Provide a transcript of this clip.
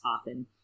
often